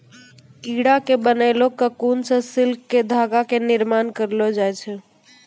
कीड़ा के बनैलो ककून सॅ सिल्क के धागा के निर्माण करलो जाय छै